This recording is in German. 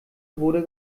wurde